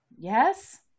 Yes